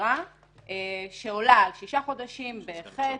החקירה שעולה על שישה חודשים בחטא,